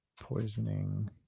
poisoning